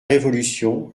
révolution